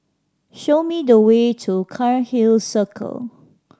show me the way to Cairnhill Circle